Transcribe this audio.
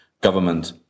government